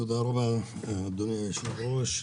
תודה רבה, אדוני היושב-ראש.